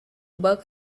bug